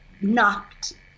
knocked